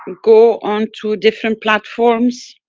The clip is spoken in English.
go on to different platforms,